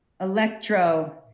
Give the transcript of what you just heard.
electro